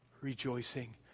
rejoicing